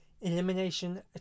elimination